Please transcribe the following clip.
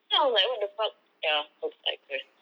then I'm like what the fuck ya !oops! I cursed